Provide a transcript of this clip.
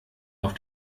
auf